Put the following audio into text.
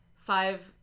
five